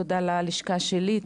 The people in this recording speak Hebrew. תודה ללשכה שלי,